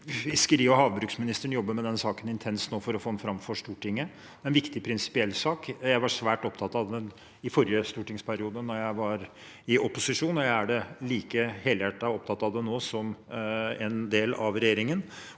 Fiskeri- og havbruksministeren jobber intenst med den saken nå for å få den fram for Stortinget. Det er en viktig prinsipiell sak. Jeg var svært opptatt av den i forrige stortingsperiode, da jeg var i opposisjon, og jeg er like helhjertet opptatt av den nå som en del av regjeringen.